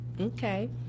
Okay